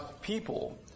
people